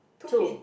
two